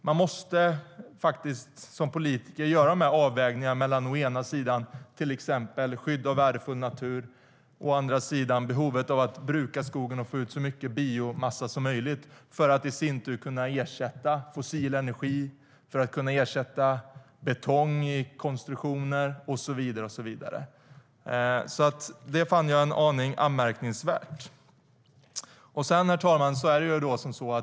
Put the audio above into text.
Man måste som politiker göra de avvägningarna mellan å ena sidan till exempel skydd av värdefull natur och å andra sidan behovet av att bruka skogen och få ut så mycket biomassa som möjligt för att i sin tur kunna ersätta fossil energi, betong i konstruktioner och så vidare. Det fann jag en aning anmärkningsvärt. Herr talman!